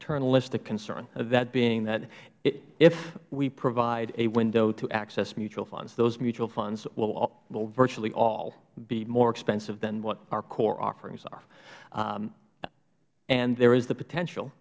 paternalistic concern that being that if we provide a window to access mutual funds those mutual funds will virtually all be more expensive than what our core offerings are and there is the potential